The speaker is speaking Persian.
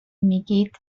میگید